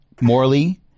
Morley